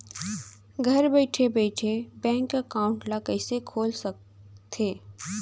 घर बइठे बइठे बैंक एकाउंट ल कइसे खोल सकथे?